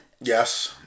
yes